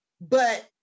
but-